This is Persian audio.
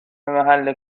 محل